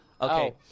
Okay